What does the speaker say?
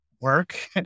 work